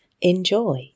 Enjoy